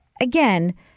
Again